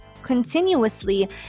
continuously